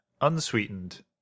unsweetened